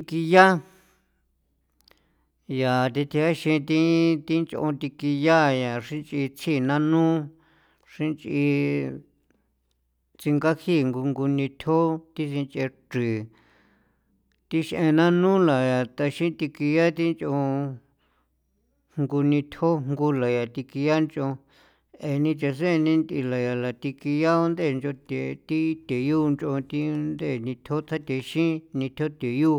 Ngiya yaa thi thaxithi thi thi nch'on thekiya yaa xra nch'i tsinanu xrin nch'ii tsingaji ngu ngunitjo thixi rch'i rth'i thi x'e nanula yaa taxin thikian thi nch'on ngunitjo jngole thikian nch'on eeni nchese eni thi lalani thekian nde nch'on the thi the yu nch'on thi the ndee nithjo ta thexiin nithjon the yu